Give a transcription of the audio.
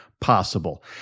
possible